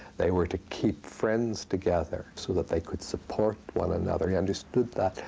they were to keep friends together so that they could support one another. he understood that,